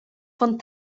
von